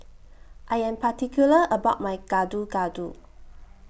I Am particular about My Gado Gado